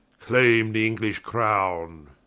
clayme the english crowne.